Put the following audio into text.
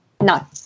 No